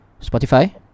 Spotify